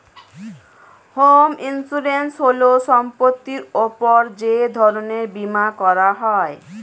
home insurance হল সম্পত্তির উপর যে ধরনের বীমা করা হয়